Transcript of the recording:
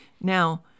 Now